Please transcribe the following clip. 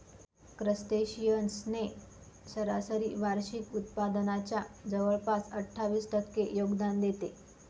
crustaceans ने सरासरी वार्षिक उत्पादनाच्या जवळपास अठ्ठावीस टक्के योगदान देते